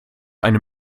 eine